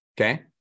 Okay